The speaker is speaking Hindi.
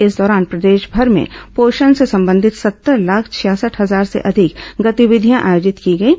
इस दौरान प्रदेशभर में पोषण से संबंधित सत्तर लाख छियासठ हजार से अधिक गतिविधियां आयोजित की गईं